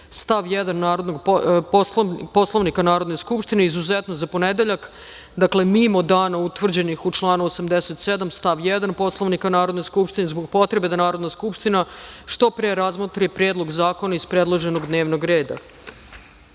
stav 1. Poslovnika Narodne skupštine i izuzetno za ponedeljak, dakle, mimo dana utvrđenih u članu 87. stav 1. Poslovnika Narodne skupštine, zbog potrebe da Narodna skupština što pre razmotri Predlog zakona iz predloženog dnevnog reda.U